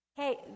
Hey